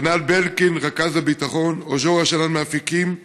חנן בלקינד, רכז הביטחון, או ז'ורה שנאן מאפיקים,